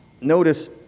Notice